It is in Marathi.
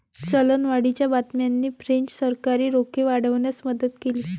चलनवाढीच्या बातम्यांनी फ्रेंच सरकारी रोखे वाढवण्यास मदत केली